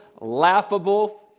laughable